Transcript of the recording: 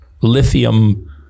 lithium